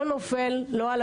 לא נופל לא על